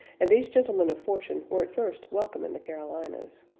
and these gentlemen of fortune were at first welcome in the carolinas.